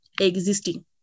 existing